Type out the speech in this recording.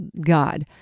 God